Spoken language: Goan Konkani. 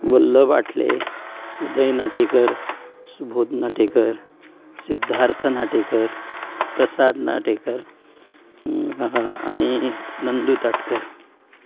वल्लब आटले उदय नाटेकर सुबोध नाटेकर सिध्दार्थ नाटेकर प्रसाद नाटेकर आनी नंदू टाटकर